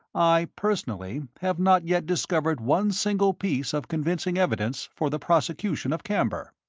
i, personally, have not yet discovered one single piece of convincing evidence for the prosecution of camber.